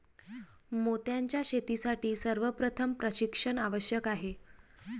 मोत्यांच्या शेतीसाठी सर्वप्रथम प्रशिक्षण आवश्यक आहे